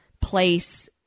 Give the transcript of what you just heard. place